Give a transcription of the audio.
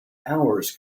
hours